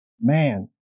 Man